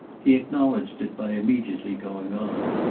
he acknowledged it by immediately going on.